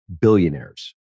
billionaires